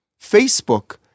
Facebook